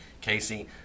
casey